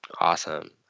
Awesome